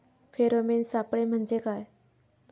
Pheromone सापळे म्हंजे काय?